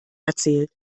erzählt